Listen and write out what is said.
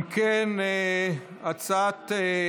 מקלב, יש לי הצעה: